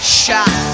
shot